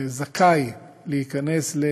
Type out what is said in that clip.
זכאי להיכנס,